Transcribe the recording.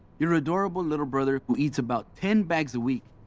you're adorable little brother who eats about ten bags a week or